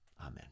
Amen